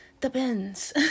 Depends